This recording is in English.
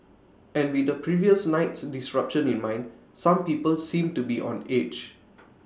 and with the previous night's disruption in mind some people seemed to be on edge